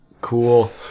cool